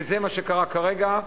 וזה מה שקרה כרגע.